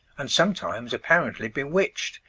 and sometimes apparently bewitched,